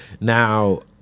Now